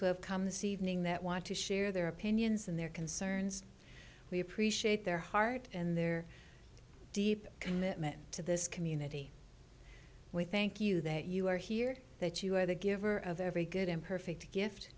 who have come this evening that want to share their opinions and their concerns we appreciate their heart and their deep commitment to this community we thank you that you are here that you are the giver of every good and perfect gift